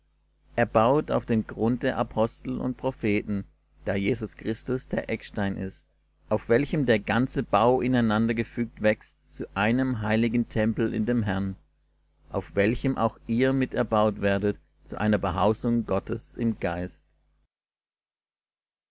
erbaut auf den grund der apostel und propheten da jesus christus der eckstein ist auf welchem der ganze bau ineinandergefügt wächst zu einem heiligen tempel in dem herrn auf welchem auch ihr mit erbaut werdet zu einer behausung gottes im geist